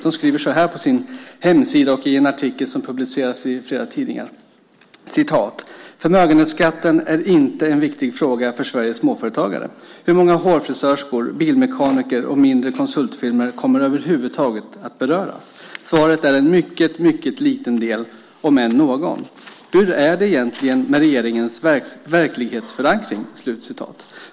De skriver så här på sin hemsida och i en artikel som publicerats i flera tidningar: "Förmögenhetsskatten är inte en viktig fråga för Sveriges småföretagare. Hur många hårfrisörskor, bilmekaniker och mindre konsultfirmor kommer överhuvudtaget att beröras? Svaret är en mycket, mycket liten del om än någon. Hur är det egentligen med regeringens verklighetsförankring?"